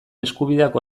eskubideak